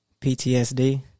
PTSD